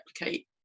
replicate